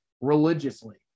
religiously